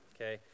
okay